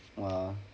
!wow!